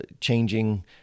changing